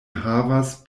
havas